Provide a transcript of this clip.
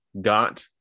got